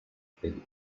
fleet